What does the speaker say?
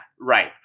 right